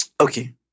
Okay